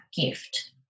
gift